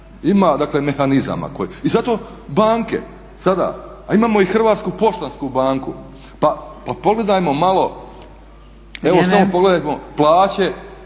mehanizama. I zato banke sada, a imamo i Hrvatsku poštansku banku pa pogledajmo malo, evo samo pogledajmo plaće